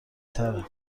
تره